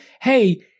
hey